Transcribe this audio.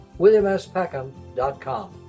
WilliamSPeckham.com